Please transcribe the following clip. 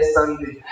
Sunday